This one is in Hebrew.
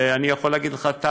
ואני יכול להגיד לך,